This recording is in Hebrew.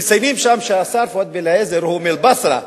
מציינים שם שהשר פואד בן-אליעזר הוא מאל-בצרה.